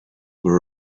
were